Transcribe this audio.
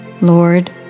Lord